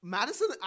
Madison